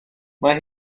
mae